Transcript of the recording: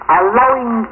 allowing